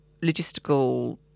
logistical